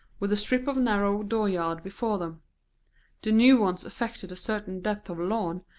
with a strip of narrow door-yard before them the new ones affected a certain depth of lawn,